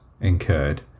incurred